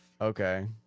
Okay